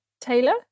Taylor